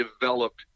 developed –